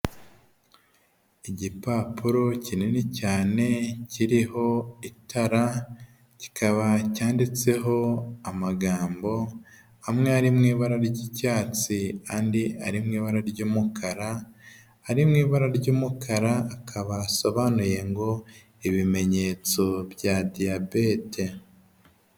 Igipapuro kinini cyane kiriho itara, kikaba cyanditseho amagambo amwe ari mu ibara ry'icyatsi andi ari mu ibara ry'umukara, ari mu ibara ry'umukara, akaba asobanuye ngo ibimenyetso bya diyabete.